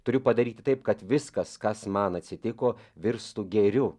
turiu padaryti taip kad viskas kas man atsitiko virstų gėriu